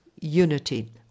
unity